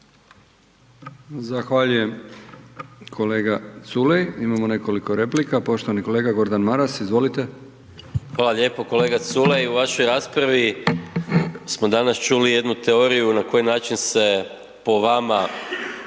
Zahvaljujem kolega Culej. Imamo nekoliko replika, poštovani kolega Gordan Maras. Izvolite. **Maras, Gordan (SDP)** Hvala lijepo. Kolega Culej u vašoj raspravi smo danas čuli jednu teoriju na koji način se po vama